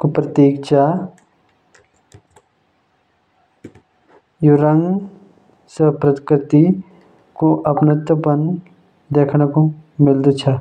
क प्रतीक च। यु रंग स प्रकृति क अपनत्व देखनु मिलदा।